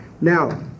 Now